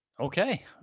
Okay